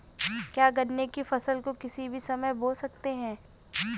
क्या गन्ने की फसल को किसी भी समय बो सकते हैं?